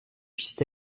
puissent